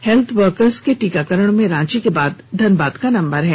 health worker के टीकाकरण में रांची के बाद धनबाद दूसरे नंबर पर है